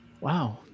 wow